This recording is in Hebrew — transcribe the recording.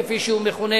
כפי שהוא מכונה,